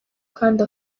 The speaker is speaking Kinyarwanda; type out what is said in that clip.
kandi